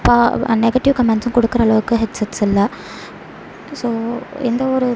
பா நெகட்டிவ் கமெண்ட்ஸும் கொடுக்குற அளவுக்கு ஹெட் செட்ஸ் இல்லை ஸோ எந்த ஒரு